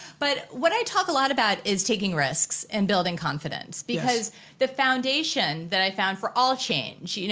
but what i talk a lot about is taking risks and building confidence. because the foundation that i found for all change, you know